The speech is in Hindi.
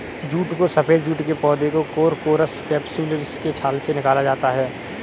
जूट को सफेद जूट के पौधे कोरकोरस कैप्सुलरिस की छाल से निकाला जाता है